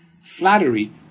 flattery